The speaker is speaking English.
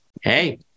hey